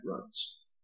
runs